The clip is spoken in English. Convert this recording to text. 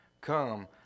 Come